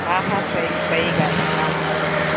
हा हा सही सही ॻाल्हि आहे हा हा हा